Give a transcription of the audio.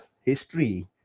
history